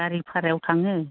गारि भारायाव थाङो